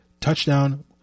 touchdown